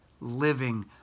living